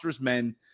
men